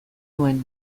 nuen